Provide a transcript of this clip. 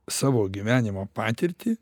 savo gyvenimo patirtį